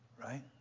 right